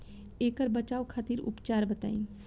ऐकर बचाव खातिर उपचार बताई?